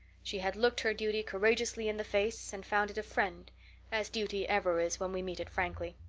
she had looked her duty courageously in the face and found it a friend as duty ever is when we meet it frankly.